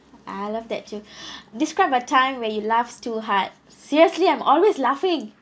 ah I love that too describe a time where you laughs too hard seriously I'm always laughing